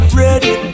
ready